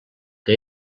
que